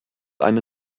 eine